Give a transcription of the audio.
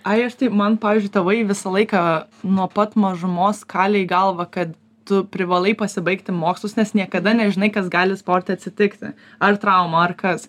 ai aš tai man pavyzdžiui tėvai visą laiką nuo pat mažumos kalė į galvą kad tu privalai pasibaigti mokslus nes niekada nežinai kas gali sporte atsitikti ar trauma ar kas